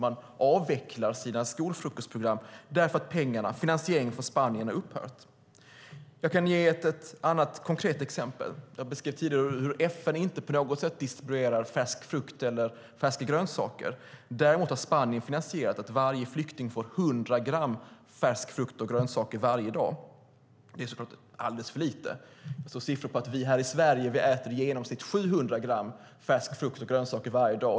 Man avvecklar sina skolfrukostprogram därför att finansieringen från Spanien har upphört. Jag kan ge ett annat konkret exempel. Jag beskrev tidigare hur FN inte på något sätt distribuerar färsk frukt eller färska grönsaker. Spanien har finansierat att varje flykting får 100 gram färsk frukt och grönsaker varje dag. Det är såklart alldeles för lite. Här i Sverige äter vi i genomsnitt 700 gram färsk frukt och grönsaker varje dag.